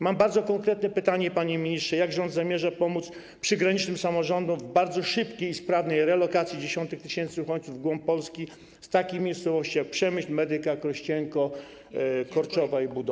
Mam bardzo konkretne pytanie, panie ministrze: Jak rząd zamierza pomóc przygranicznym samorządom w bardzo szybkiej i sprawnej relokacji dziesiątków tysięcy uchodźców w głąb Polski z takich miejscowości jak Przemyśl, Medyka, Krościenko, Korczowa i Budomierz?